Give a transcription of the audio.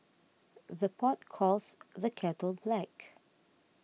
the pot calls the kettle black